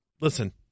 listen